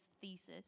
thesis